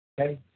Okay